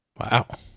Wow